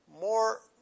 more